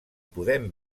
podem